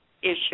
issue